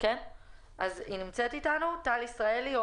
עומדת עגלה מחוץ לעסק של הישראלי,